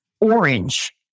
Orange